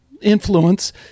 influence